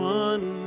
one